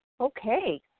Okay